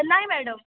नाही मॅडम